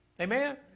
Amen